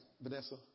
Vanessa